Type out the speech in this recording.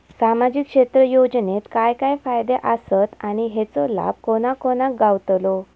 सामजिक क्षेत्र योजनेत काय काय फायदे आसत आणि हेचो लाभ कोणा कोणाक गावतलो?